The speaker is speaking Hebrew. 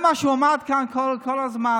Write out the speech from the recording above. מה שהוא עמד כאן כל הזמן,